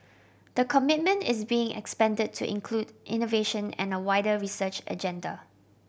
the commitment is being expanded to include innovation and a wider research agenda